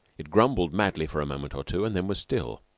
it grumbled madly for a moment or two, and then was still.